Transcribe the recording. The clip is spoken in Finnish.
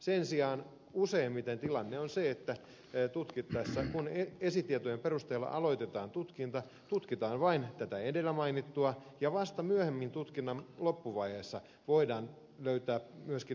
sen sijaan useimmiten tilanne on se että kun esitietojen perusteella aloitetaan tutkinta tutkitaan vain tätä edellä mainittua ja vasta myöhemmin tutkinnan loppuvaiheessa voidaan löytää myöskin näyttöä ihmiskaupparikoksesta